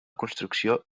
construcció